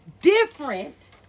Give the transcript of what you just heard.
different